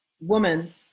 woman